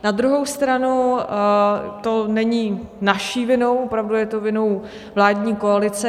Na druhou stranu to není naší vinou, opravdu je to vinou vládní koalice.